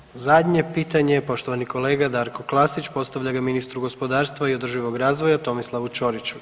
I idemo zadnje pitanje poštovani kolega Darko Klasić postavlja ga ministru gospodarstva i održivog razvoja Tomislavu Ćoriću.